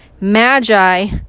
Magi